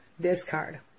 discard